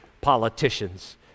politicians